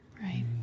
right